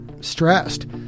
stressed